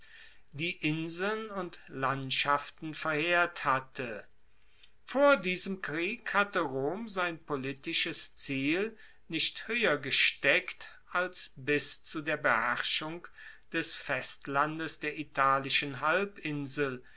die inseln und landschaften verheert hatte vor diesem krieg hatte rom sein politisches ziel nicht hoeher gesteckt als bis zu der beherrschung des festlandes der italischen halbinsel